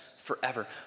forever